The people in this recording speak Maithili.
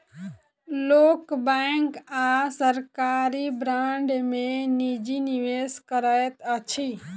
लोक बैंक आ सरकारी बांड में निजी निवेश करैत अछि